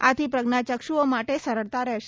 આથી પ્રજ્ઞાચક્ષુઓ માટે સરળતા રહેશે